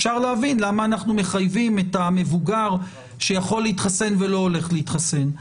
אפשר להבין למה אנחנו מחייבים את המבוגר שיכול להתחסן ולא הולך להתחסן.